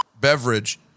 beverage